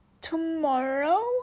tomorrow